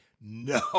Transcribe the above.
no